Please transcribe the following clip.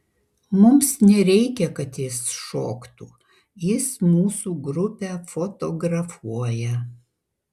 mums nereikia kad jis šoktų jis mūsų grupę fotografuoja